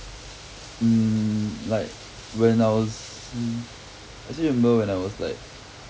mm like when I was mm actually remember when I was like mm